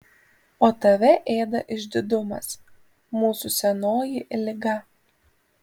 o tave ėda išdidumas mūsų senoji liga